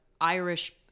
Irish